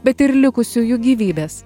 bet ir likusiųjų gyvybes